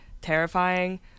terrifying